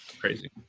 crazy